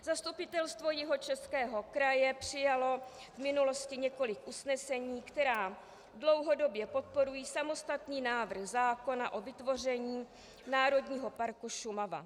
Zastupitelstvo Jihočeského kraje přijalo v minulosti několik usnesení, která dlouhodobě podporují samostatný návrh zákona o vytvoření Národního parku Šumava.